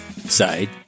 side